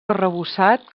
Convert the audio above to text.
arrebossat